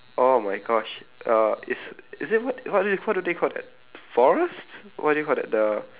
oh my gosh uh is is it what what do what do they call that forest what do you call that the